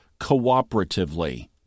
cooperatively